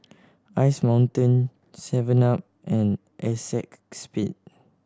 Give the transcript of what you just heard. Ice Mountain seven up and Acexspade